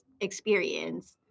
experience